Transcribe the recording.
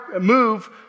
move